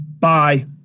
Bye